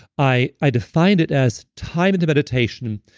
i i defined it as time in meditation.